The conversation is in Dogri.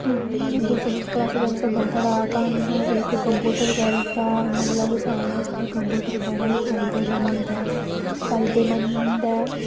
दो सौ दो सौ त्रै सौ त्रै सौ बंदे दा कम्म इक कंप्यूटर करदा मतलब साढ़े आस्तै कंपयूटर बड़ा ही फायदेमंद ऐ फायदेमंद ऐ